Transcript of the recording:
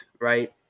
right